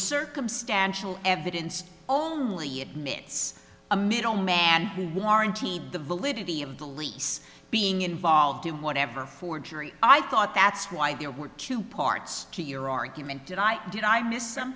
circumstantial evidence only admits a middleman who warranty the validity of the lease being involved in whatever forgery i thought that's why there were two parts to your argument and i did i miss